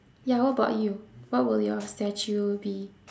ya what about you what will your statue be